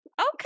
okay